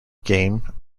game